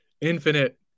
infinite